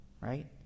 Right